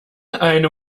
einem